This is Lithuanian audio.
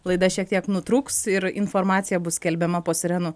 laida šiek tiek nutrūks ir informacija bus skelbiama po sirenų